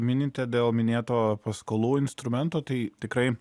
minite dėl minėto paskolų instrumento tai tikrai